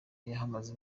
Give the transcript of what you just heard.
yahamaze